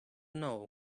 know